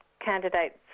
candidates